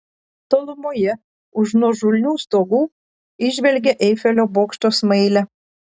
tolumoje už nuožulnių stogų įžvelgė eifelio bokšto smailę